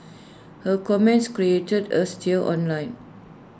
her comments created A stir online